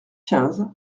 quinze